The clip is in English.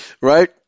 right